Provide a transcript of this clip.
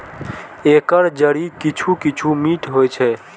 एकर जड़ि किछु किछु मीठ होइ छै